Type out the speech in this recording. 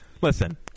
Listen